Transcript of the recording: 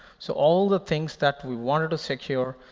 so all the things that we wanted to secure,